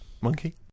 Monkey